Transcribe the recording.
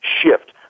shift